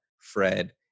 Fred